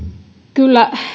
kyllä